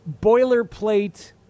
boilerplate